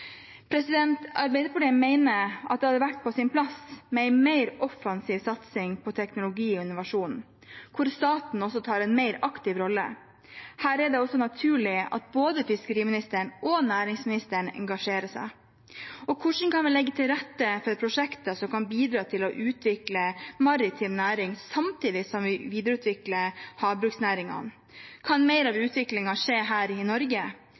Arbeiderpartiet mener at det hadde vært på sin plass med en mer offensiv satsing på teknologi og innovasjon, hvor staten også tar en mer aktiv rolle. Her er det også naturlig at både fiskeriministeren og næringsministeren engasjerer seg. Hvordan kan vi legge til rette for prosjekter som kan bidra til å utvikle maritim næring, samtidig som vi videreutvikler havbruksnæringene? Kan mer av utviklingen skje her i Norge?